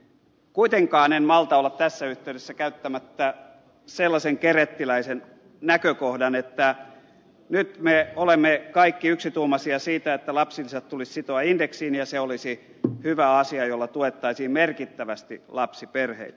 kuitenkaan en malta olla tässä yhteydessä esittämättä sellaista kerettiläistä näkökohtaa että nyt me olemme kaikki yksituumaisia siitä että lapsilisät tulisi sitoa indeksiin ja se olisi hyvä asia jolla tuettaisiin merkittävästi lapsiperheitä